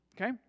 okay